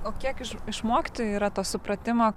o kiek iš išmokti yra to supratimo